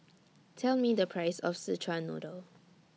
Tell Me The Price of Szechuan Noodle